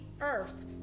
earth